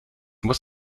muss